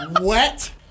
Wet